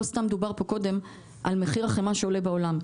לא סתם דובר קודם על מחיר החמאה שעולה בעולם,